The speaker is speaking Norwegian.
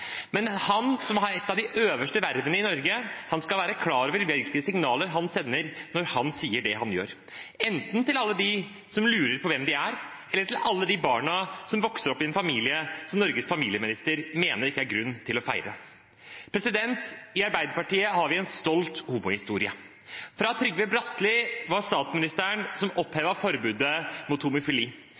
men han som har et av de øverste vervene i Norge, skal være klar over hvilke signaler han sender når han sier det han sier, enten til alle dem som lurer på hvem de er, eller til alle de barna som vokser opp i en familie som Norges familieminister mener ikke er grunn til feire. I Arbeiderpartiet har vi en stolt homohistorie – fra Trygve Bratteli var statsministeren som opphevet forbudet mot